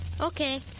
Okay